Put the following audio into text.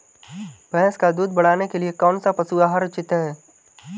भैंस का दूध बढ़ाने के लिए कौनसा पशु आहार उचित है?